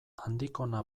andikona